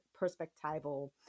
perspectival